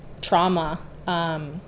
trauma